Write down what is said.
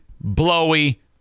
blowy